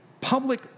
public